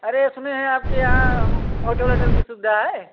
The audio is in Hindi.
अरे इसमे है आपके यहाँ होटल वोटल की सुविधा है